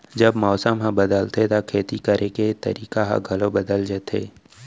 जब मौसम ह बदलथे त खेती करे के तरीका ह घलो बदल जथे?